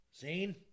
Zane